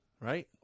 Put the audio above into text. Right